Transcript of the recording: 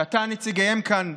שאתה נציגיהם כאן,